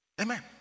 Amen